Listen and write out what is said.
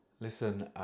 listen